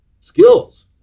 skills